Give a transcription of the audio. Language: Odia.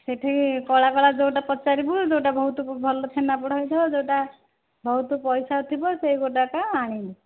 ସେଇଠି କଳା କଳା ଯେଉଁଟା ପଚାରିବୁ ଯେଉଁଟା ବହୁତ ଭଲ ଛେନାପୋଡ଼ ହୋଇଥିବ ଯେଉଁଟା ବହୁତ ପଇସା ଥିବ ସେ ଗୋଟାକ ଆଣିବୁ